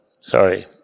sorry